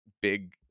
big